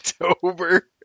October